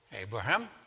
Abraham